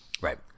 Right